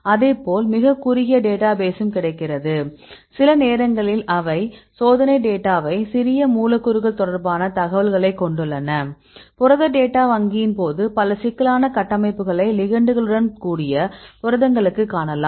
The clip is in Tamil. அதேபோல் மிகக் குறுகிய டேட்டாபேசும் கிடைக்கிறது சில நேரங்களில் அவை இந்த சோதனைத் டேட்டாவை சிறிய மூலக்கூறுகள் தொடர்பான தகவல்களைக் கொண்டுள்ளன புரத டேட்டா வங்கியின் போது பல சிக்கலான கட்டமைப்புகளை லிகெண்டுகளுடன் கூடிய புரதங்களுக்கு காணலாம்